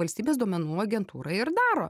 valstybės duomenų agentūra ir daro